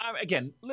again